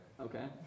Okay